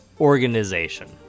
organization